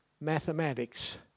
mathematics